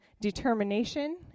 determination